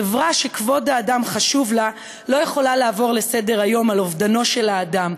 חברה שכבוד האדם חשוב לה לא יכולה לעבור לסדר-היום על אובדנו של האדם.